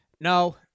No